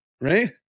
right